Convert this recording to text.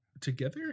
together